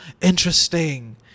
interesting